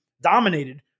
dominated